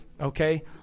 Okay